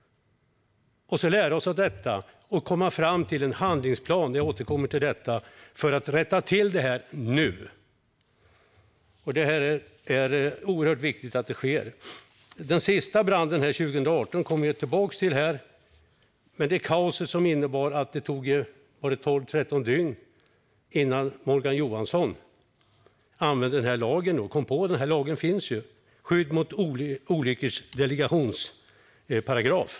Vi måste lära oss av det och komma fram till en handlingsplan - jag återkommer till den - för att rätta till detta nu. Det är oerhört viktigt att detta sker. Den senaste branden 2018 återkommer jag till. Det var ett kaos som innebar att det tog tolv eller tretton dygn innan Morgan Johansson kom på att man kunde använda delegationsparagrafen i lagen om skydd mot olyckor.